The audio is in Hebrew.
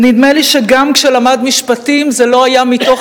נדמה לי שגם כשלמד משפטים זה לא היה מתוך